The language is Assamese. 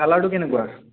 কালাৰটো কেনেকুৱা